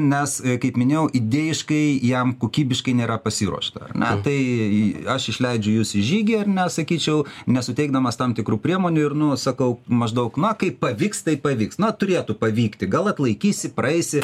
nes kaip minėjau idėjiškai jam kokybiškai nėra pasiruošta ar ne tai aš išleidžiu jus į žygį ar ne sakyčiau nesuteikdamas tam tikrų priemonių ir nu sakau maždaug na kaip pavyks tai pavyks na turėtų pavykti gal atlaikysi praeisi